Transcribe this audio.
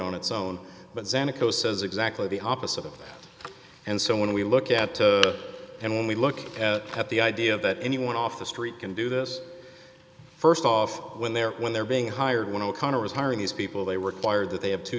on its own but zanuck oh says exactly the opposite of and so when we look at and when we look at the idea that anyone off the street can do this st off when they're when they're being hired when o'connor is hiring these people they require that they have two